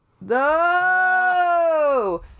No